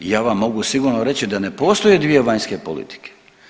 I ja vam mogu sigurno reći da ne postoje dvije vanjske politike.